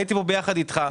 הייתי פה ביחד אתך.